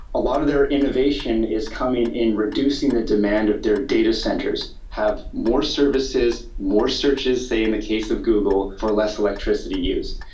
a lot of their innovation is coming in reducing the demand of their data centres, have more services, more searches, say in the case of google for less electricity used.